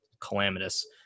calamitous